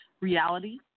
reality